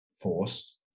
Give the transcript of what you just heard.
force